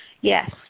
Yes